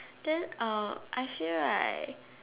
then uh I feel right